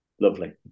lovely